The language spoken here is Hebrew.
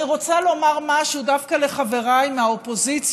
אני רוצה לומר משהו דווקא לחבריי מהאופוזיציה,